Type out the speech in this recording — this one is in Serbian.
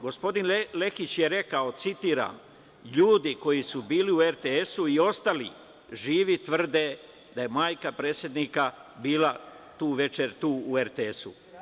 Gospodin Lekić je rekao, citiram – ljudi koji su bili u RTS-u i ostali živi tvrde da je majka predsednika bila tu večer tu u RTS-u.